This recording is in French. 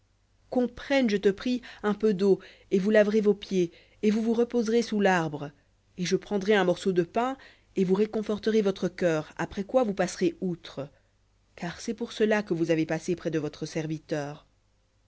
prenne je te prie un peu d'eau et vous laverez vos pieds et vous vous reposerez sous larbre et je prendrai un morceau de pain et vous réconforterez votre cœur après quoi vous passerez outre car c'est pour cela que vous avez passé près de votre serviteur